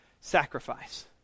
sacrifice